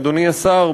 אדוני השר,